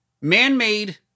man-made